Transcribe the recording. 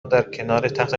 درکنارتخت